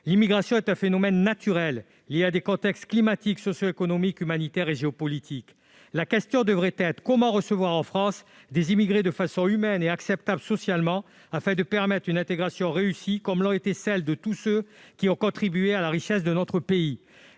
l'immigration est un phénomène naturel, lié à des contextes climatique, socio-économique, humanitaire et géopolitique. La question devrait être la suivante : comment recevoir en France des immigrés de façon humaine et acceptable socialement afin de permettre une intégration réussie, à l'image de celles et de ceux ayant contribué à la richesse de notre pays